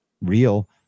real